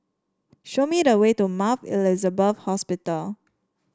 show me the way to Mount Elizabeth Hospital